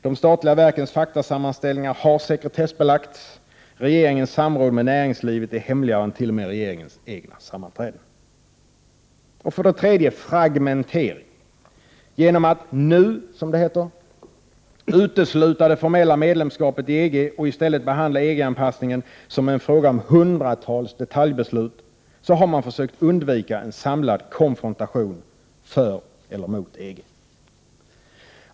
De statliga verkens faktasammanställningar har sekretessbelagts. Regeringens samråd med näringslivet är hemligare än t.o.m. regeringens egna sammanträden. Den tredje pelaren gäller fragmentering. Genom att ”nu” utesluta det formella medlemskapet i EG och i stället behandla EG-anpassningen som en fråga om hundratals detaljbeslut har man försökt undvika en samlad konfrontation för eller mot EG.